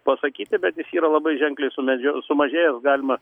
pasakyti bet jis yra labai ženkliai sumedžio sumažėjęs galima